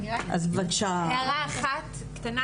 הערה אחת קטנה,